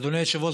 אדוני היושב-ראש,